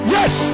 Yes